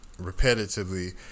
repetitively